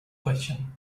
question